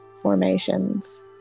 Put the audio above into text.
formations